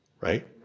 right